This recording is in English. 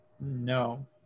No